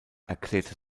erklärte